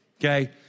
okay